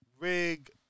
Rig